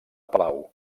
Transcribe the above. palau